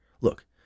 Look